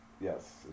Yes